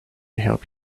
help